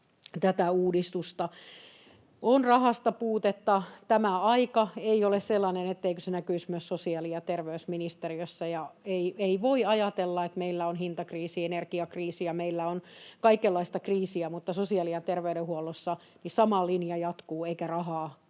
tätä uudistusta. On rahasta puutetta. Tämä aika ei ole sellainen, etteikö se näkyisi myös sosiaali- ja terveysministeriössä, ja ei voi ajatella, että meillä on hintakriisi, energiakriisi ja meillä on kaikenlaista kriisiä mutta sosiaali- ja terveydenhuollossa sama linja jatkuu eikä rahaa